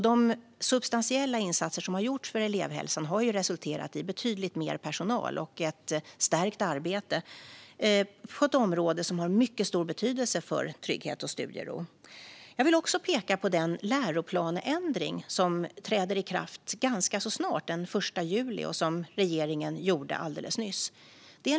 De substantiella insatser som har gjorts för elevhälsan har resulterat i betydligt mer personal och ett stärkt arbete på ett område som har mycket stor betydelse för trygghet och studiero. Jag vill också peka på den läroplanändring som regeringen arbetade med alldeles nyss och som träder i kraft snart, den 1 juli.